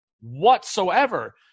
whatsoever